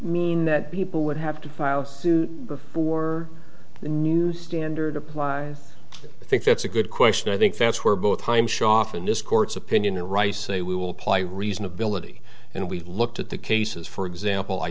mean that people would have to file suit before the new standard applies i think that's a good question i think that's where both times show off in this court's opinion the rice say we will apply reason ability and we looked at the cases for example i